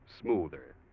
smoother